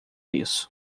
isso